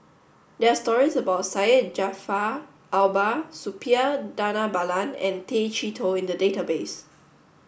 there are stories about Syed Jaafar Albar Suppiah Dhanabalan and Tay Chee Toh in the database